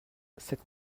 cette